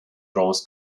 draws